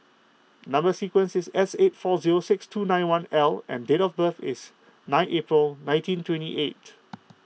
Number Sequence is S eight four zero six two nine one L and date of birth is nine April nineteen twenty eight